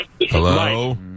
Hello